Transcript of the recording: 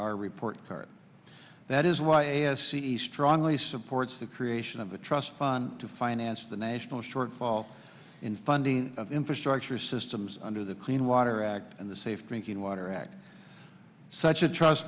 our report card that is why as he strongly supports the creation of a trust fund to finance the national shortfall in funding of infrastructure systems under the clean water act and the safe drinking water act such a trust